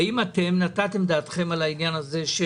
האם נתתם דעתכם על העניין הזה?